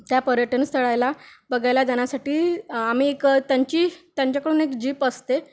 त्या पर्यटनस्थळाला बघायला जाण्यासाठी आम्ही एक त्यांची त्यांच्याकडून एक जीप असते